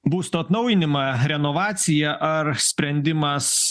būsto atnaujinimą renovaciją ar sprendimas